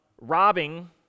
robbing